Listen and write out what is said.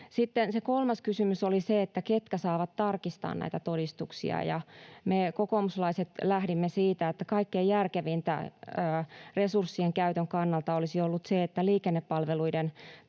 kolmas kysymys oli se, ketkä saavat tarkistaa näitä todistuksia. Me kokoomuslaiset lähdimme siitä, että kaikkein järkevintä resurssien käytön kannalta olisi ollut se, että liikennepalveluiden